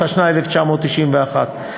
התשנ"א 1991,